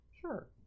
Sure